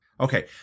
Okay